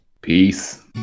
Peace